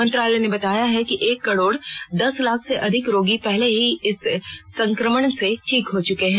मंत्रालय ने बताया है कि एक करोड दस लाख से अधिक रोगी पहले ही इस संक्रमण से ठीक हो चुके हैं